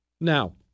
Now